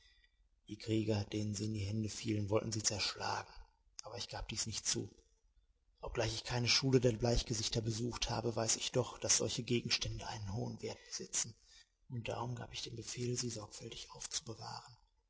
die krieger denen sie in die hände fielen wollten sie zerschlagen aber ich gab dies nicht zu obgleich ich keine schule der bleichgesichter besucht habe weiß ich doch daß solche gegenstände einen hohen wert besitzen und darum gab ich den befehl sie sorgfältig aufzubewahren